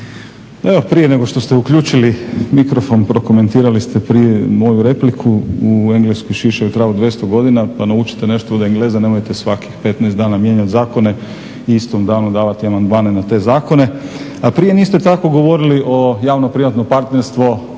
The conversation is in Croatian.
evo prije nego što ste uključili mikrofon, prokomentirali ste prije moju repliku "U Engleskoj šišaju travu 200 godina.", pa naučite nešto od engleza, nemojte svakih 15 dana mijenjat zakone. I u istom danu davati amandmane na te zakone. A prije niste tako govorili o javno-privatnom partnerstvu,